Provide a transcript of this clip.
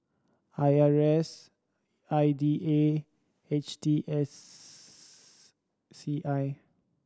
I R A S I D A and H T S C I